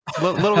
little